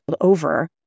over